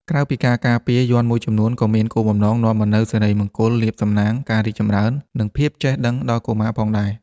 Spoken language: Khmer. ក្រៅពីការការពារ យ័ន្តមួយចំនួនក៏មានគោលបំណងនាំមកនូវសិរីមង្គល លាភសំណាង ការរីកចម្រើន និងភាពចេះដឹងដល់កុមារផងដែរ។